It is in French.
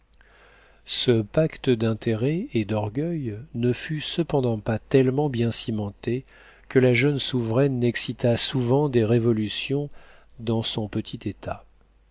ce pacte d'intérêt et d'orgueil ne fut cependant pas tellement bien cimenté que la jeune souveraine n'excitât souvent des révolutions dans son petit état